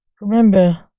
Remember